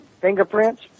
fingerprints